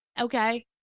Okay